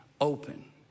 open